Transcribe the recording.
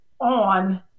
on